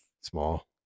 Small